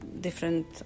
different